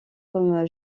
comme